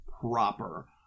proper